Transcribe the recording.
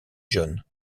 john